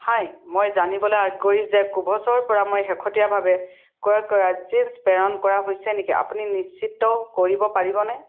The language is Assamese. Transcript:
হাই মই জানিবলৈ আগ্ৰহী যে কুভছৰ পৰা মই শেহতীয়াভাৱে ক্ৰয় কৰা জিন্ছ প্ৰেৰণ কৰা হৈছে নেকি আপুনি নিশ্চিত কৰিব পাৰিবনে